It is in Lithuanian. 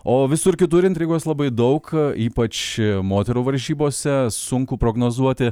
o visur kitur intrigos labai daug ypač moterų varžybose sunku prognozuoti